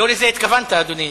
לא לזה התכוונת, אדוני.